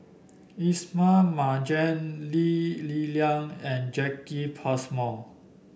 Ismail Marjan Lee Li Lian and Jacki Passmore